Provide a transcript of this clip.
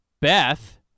Beth